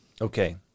Okay